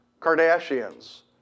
Kardashians